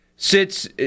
Sits